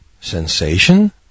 sensation